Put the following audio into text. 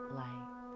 light